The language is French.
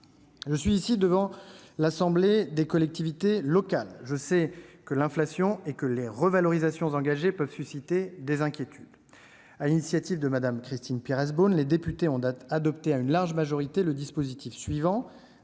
aujourd'hui devant l'assemblée des collectivités locales. Je sais que l'inflation et que les revalorisations engagées peuvent susciter des inquiétudes. Sur l'initiative de Mme Christine Pires Beaune, les députés ont adopté à une large majorité le dispositif suivant.